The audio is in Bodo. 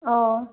औ